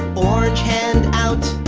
orange hand out,